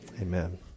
Amen